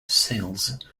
sills